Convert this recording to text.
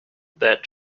that